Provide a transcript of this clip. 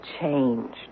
changed